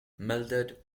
mildred